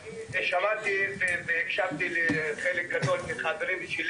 אני שמעתי והקשבתי לחלק גדול מהחברים שלי